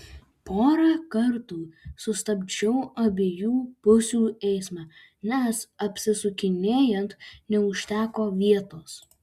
porą kartų sustabdžiau abiejų pusių eismą nes apsisukinėjant neužteko vietos